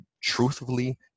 truthfully